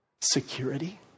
Security